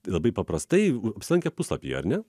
labai paprastai apsilankę puslapyje ar ne